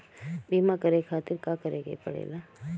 बीमा करे खातिर का करे के पड़ेला?